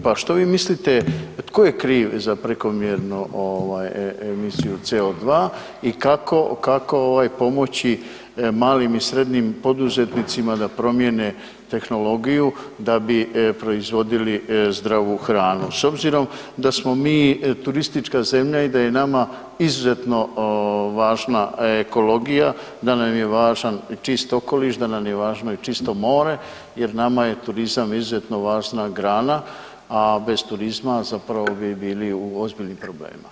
Pa što vi mislite, tko je kriv za prekomjerno emisiju CO2 i kako pomoći malim i srednjim poduzetnicima da promjene tehnologiju da bi proizvodili zdravu hranu= s obzirom da smo mi turistička zemlja i da je nama izuzetno važna ekologija, da nam je važan čist okoliš, da nam je važno i čisto more, jer nama je turizam izuzetno važna grana, a bez turizma zapravo bi bili u ozbiljnim problemima.